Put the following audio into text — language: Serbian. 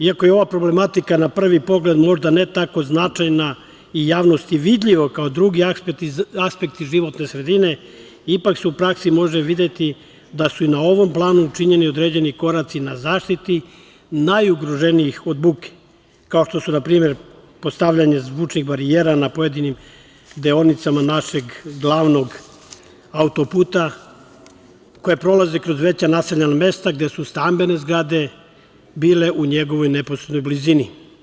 Iako je ovaj problematika na prvi pogled možda ne tako značajna i javnosti vidljiva kao drugi aspekti životne sredine ipak se u praksi može videti da su i na ovom planu učinjeni određeni koraci na zaštiti najugroženijih od buke, kao što su na primer postavljanje zvučnih barijera na pojedinim deonicama našeg glavnog autoputa koji prolazi kroz veća naseljena mesta gde su stambene zgrade bile u njegovoj neposrednoj blizini.